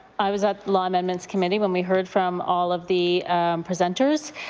i was at law amendments committee when we heard from all of the presenters